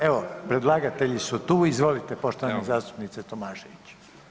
Evo, predlagatelji su tu, izvolite poštovani zastupniče Tomašević.